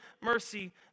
mercy